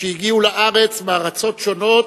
שהגיעו לארץ מארצות שונות,